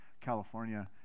California